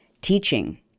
teaching